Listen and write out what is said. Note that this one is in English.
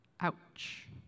Ouch